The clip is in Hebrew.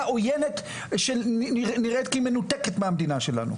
עויינת שנראית כמנותקת מהמדינה שלנו.